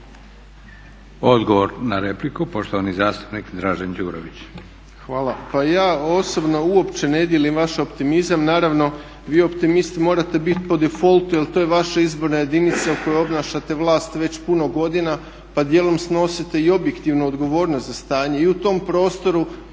Odgovor na repliku, poštovani zastupnik Dražen Đurović.